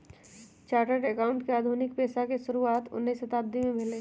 chartered accountant के आधुनिक पेशा के शुरुआत उनइ शताब्दी में भेलइ